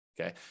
Okay